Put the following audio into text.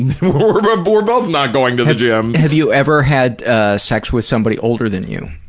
we're but but we're both not going to the gym. have you ever had ah sex with somebody older than you?